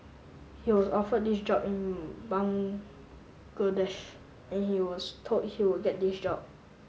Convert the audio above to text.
he was offered this job in and he was told he would get this job